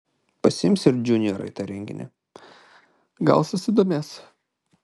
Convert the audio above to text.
pasiimsiu ir džiuniorą į tą renginį gal susidomės